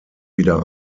wieder